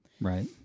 right